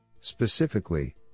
Specifically